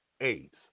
AIDS